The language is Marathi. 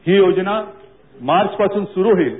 ही योजना मार्चपासून सुरू होईल